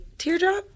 Teardrop